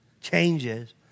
changes